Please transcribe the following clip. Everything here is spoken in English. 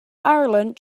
ireland